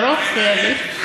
אתה לא מפריע לי.